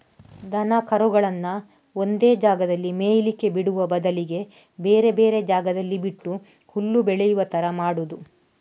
ದನ ಕರುಗಳನ್ನ ಒಂದೇ ಜಾಗದಲ್ಲಿ ಮೇಯ್ಲಿಕ್ಕೆ ಬಿಡುವ ಬದಲಿಗೆ ಬೇರೆ ಬೇರೆ ಜಾಗದಲ್ಲಿ ಬಿಟ್ಟು ಹುಲ್ಲು ಬೆಳೆಯುವ ತರ ಮಾಡುದು